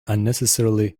unnecessarily